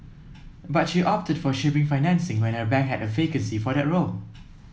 but she opted for shipping financing when her bank had a vacancy for that role